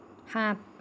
সাত